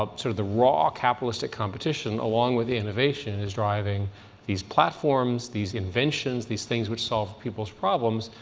ah sort of the raw capitalistic competition, along with the innovation, is driving these platforms, these inventions, these things which solve people's problems,